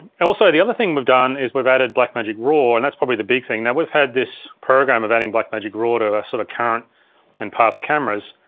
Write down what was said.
also, the other thing we've done is we've added blackmagic raw and that's probably the big thing. now we've had this program of adding blackmagic raw to our sort of current and past cameras,